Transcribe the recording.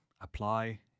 apply